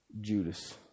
Judas